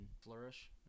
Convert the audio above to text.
flourish